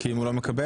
(היו"ר ינון אזולאי)